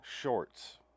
shorts